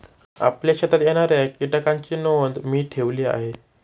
आपल्या शेतात येणाऱ्या कीटकांची नोंद मी ठेवली आहे